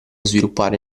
sviluppare